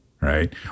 right